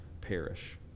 perish